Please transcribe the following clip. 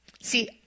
See